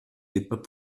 débats